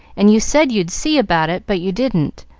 and you said you'd see about it but you didn't,